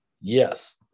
yes